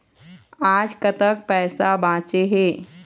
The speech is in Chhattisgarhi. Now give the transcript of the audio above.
आज कतक पैसा बांचे हे?